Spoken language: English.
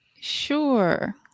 Sure